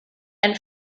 and